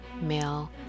male